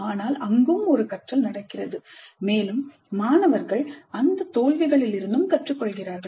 ஆனால் அங்கு ஒரு கற்றல் நடக்கிறது மேலும் மாணவர்கள் அந்த தோல்விகளிலிருந்தும் கற்றுக்கொள்கிறார்கள்